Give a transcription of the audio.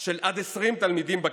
של עד 20 תלמידים בכיתה.